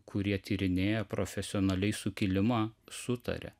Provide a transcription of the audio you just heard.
kurie tyrinėja profesionaliai sukilimą sutaria